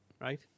right